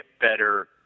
better